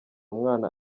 umwana